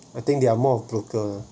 I think they are more of broker lah